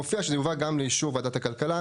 מופיע שזה יובא גם לאישור וועדת הכלכלה.